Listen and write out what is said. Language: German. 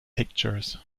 pictures